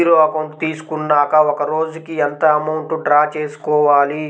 Zero account తీసుకున్నాక ఒక రోజుకి ఎంత అమౌంట్ డ్రా చేసుకోవాలి?